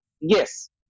yes